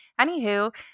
Anywho